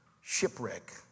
shipwreck